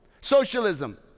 socialism